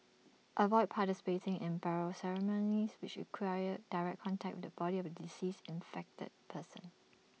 avoid participating in burial ceremonies which require direct contact with the body of A deceased infected person